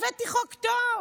הבאתי חוק טוב.